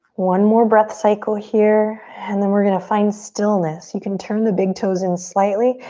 one more breath cycle here and then we're gonna find stillness. you can turn the big toes in slightly.